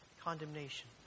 condemnation